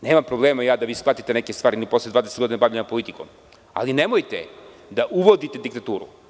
Nema problema ja da i vi shvatite neke stvari i posle dvadeset godina bavljenja politikom, ali nemojte da uvodite diktaturu.